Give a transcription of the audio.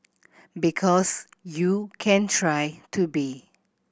because you can try to be